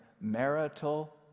marital